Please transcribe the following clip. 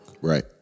Right